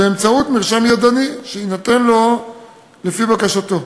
באמצעות מרשם ידני שיינתן לו לפי בקשתו,